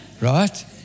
Right